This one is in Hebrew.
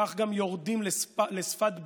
כך גם יורדים לשפת ביבים.